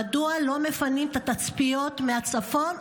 מדוע לא מפנים את התצפיתניות מהצפון,